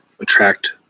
Attract